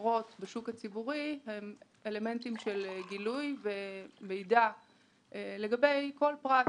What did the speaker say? מקורות בשוק הציבורי הם לאלמנטים של גילוי ומידע לגבי כל פרט